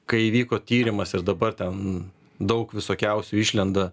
kai įvyko tyrimas ir dabar ten daug visokiausių išlenda